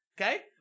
Okay